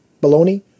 Bologna